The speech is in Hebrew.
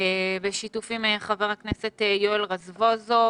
בשיתוף עם ח"כ יואל רזבוזוב,